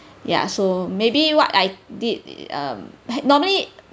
ya so maybe what I did um normally